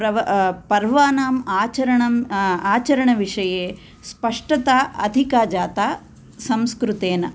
प्रव पर्वानाम् आचरणं आचरणविषये स्पष्टता अधिका जाता संस्कृतेन